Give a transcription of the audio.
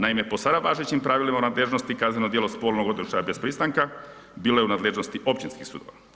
Naime po sada važećim pravilima nadležnosti, kazneno djelo spolnog odnošaja bez pristanka bilo je u nadležnosti općinskih sudova.